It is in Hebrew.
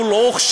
הוא לא הוכשר,